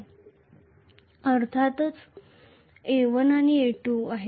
हे अर्थातच A1 आणि A2 आहे